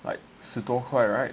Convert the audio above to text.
like 十多块 right